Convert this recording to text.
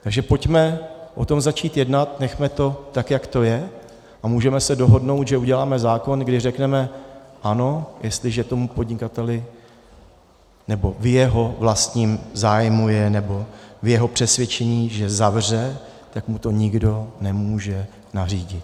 Takže pojďme o tom začít jednat, nechme to tak, jak to je, a můžeme se dohodnout, že uděláme zákon, když řekneme ano, jestliže tomu podnikateli, nebo v jeho vlastním zájmu je, nebo v jeho přesvědčení, že zavře, tak mu to nikdo nemůže nařídit.